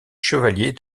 chevalier